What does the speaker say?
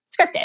scripted